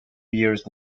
years